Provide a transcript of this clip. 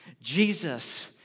Jesus